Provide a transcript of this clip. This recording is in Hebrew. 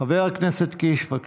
חבר הכנסת קיש, בבקשה.